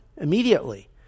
immediately